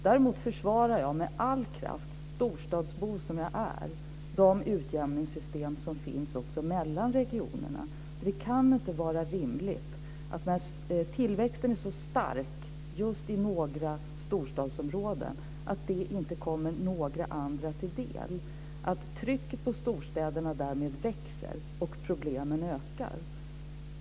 Jag försvarar med all kraft, storstadsbo som jag är, de utjämningssystem som finns också mellan regionerna. Det kan inte vara rimligt att tillväxten, när den är så stark just i några storstadsområden, inte kommer några andra till del och att trycket på storstäderna därmed växer och problemen ökar.